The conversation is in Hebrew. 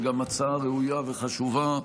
וגם הצעה ראויה וחשובה,